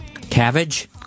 Cabbage